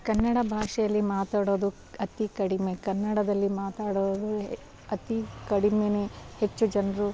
ಕನ್ನಡ ಭಾಷೆಯಲ್ಲಿ ಮಾತಾಡೋದು ಅತಿ ಕಡಿಮೆ ಕನ್ನಡದಲ್ಲಿ ಮಾತಾಡೋರು ಅತಿ ಕಡಿಮೇನೆ ಹೆಚ್ಚು ಜನರು